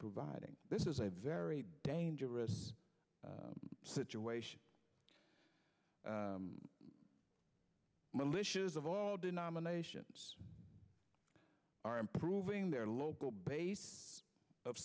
providing this is a very dangerous situation militias of all denominations are improving their local base of